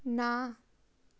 ਨਾ